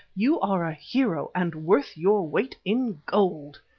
you are a hero and worth your weight in gold!